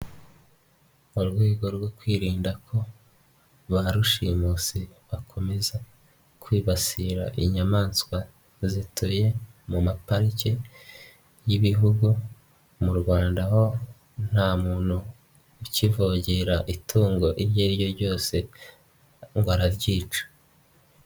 Mu rwego rwo kwirinda ko ba rushimusi bakomeza kwibasira inyamaswa zituye mu mapariki y'ibihugu, mu Rwanda ho nta muntu ukivogera itungo iryo ari ryo ryose ngo araryica.